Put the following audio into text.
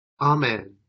Amen